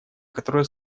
которое